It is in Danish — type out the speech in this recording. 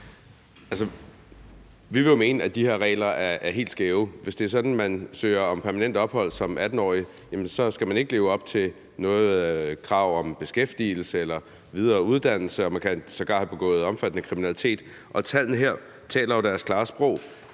Vi vil jo mene, at de her regler er helt skæve. Hvis det er sådan, at man søger om permanent ophold som 18-årig, skal man ikke leve op til noget krav om beskæftigelse eller videre uddannelse, og man kan sågar have begået omfattende kriminalitet. Tallene her taler jo deres klare sprog.